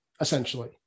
essentially